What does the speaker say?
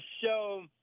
show